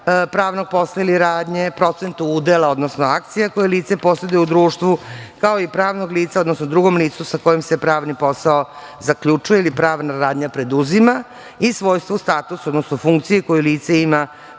pravnog posla ili radnje, procentu udela, odnosno akcija koje lice poseduje u društvu, kao i pravnog lica, odnosno drugom licu sa kojim se pravni posao zaključuje ili pravna radnja preduzima i svojstvo statusa, odnosno funkcije koju lice ima